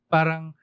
Parang